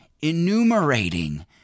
enumerating